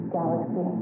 Galaxy